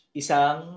isang